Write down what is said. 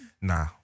Nah